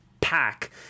pack